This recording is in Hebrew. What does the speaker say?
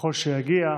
ככל שיגיע,